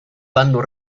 bando